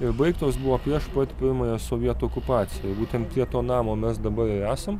ir baigtos buvo prieš pat pirmąją sovietų okupaciją būtent prie to namo mes dabar ir esam